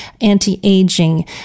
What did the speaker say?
anti-aging